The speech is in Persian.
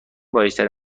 رایجترین